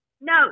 No